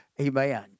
Amen